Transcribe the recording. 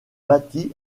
bâties